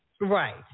Right